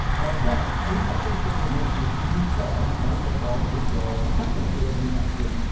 right. right and he's that's why he's sort of admitting he's he said, i think medicare for all is a good goal. we're not going to do it anytime soon.